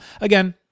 Again